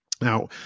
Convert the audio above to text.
Now